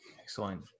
Excellent